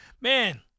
Man